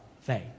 faith